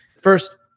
First